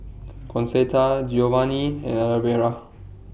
Concetta Geovanni and Alvera